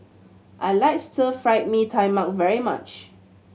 I like Stir Fried Mee Tai Mak very much